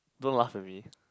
don't laugh at me